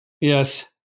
Yes